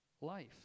life